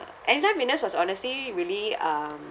uh Anytime Fitness was honestly really um